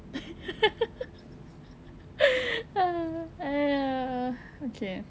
ah !aiya! okay